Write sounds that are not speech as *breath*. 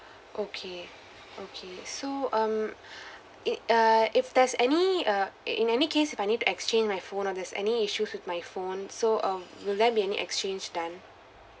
okay okay so um *breath* it err if there's any uh in any case if I need exchange my phone or there's any issues with my phone so um will there be any exchange done